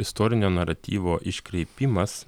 istorinio naratyvo iškreipimas